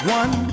one